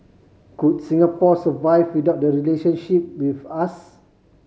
could Singapore survive without the relationship with us